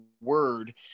word